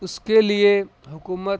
اس کے لیے حکومت